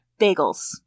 Bagels